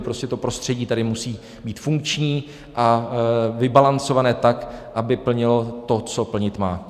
Prostě to prostředí tady musí být funkční a vybalancované tak, aby plnilo to, co plnit má.